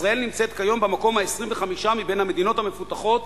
ישראל נמצאת כיום במקום ה-25 מבין המדינות המפותחות